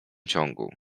ciągu